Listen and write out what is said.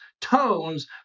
tones